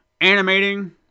animating